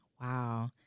Wow